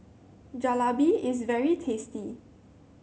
jalebi is very tasty